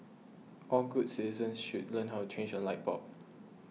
all good citizens should learn how to change a light bulb